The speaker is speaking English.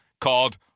called